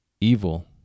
evil